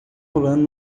pulando